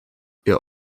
ihr